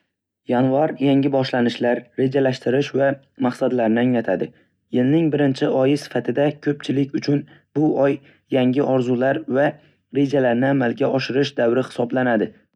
Yanvar yangi boshlanishlar, rejalashtirish va maqsadlarni anglatadi. Yilning birinchi oyi sifatida, ko'pchilik uchun bu oy yangi orzular va rejalarni amalga oshirish davri hisoblanadi.